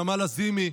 נעמה לזימי,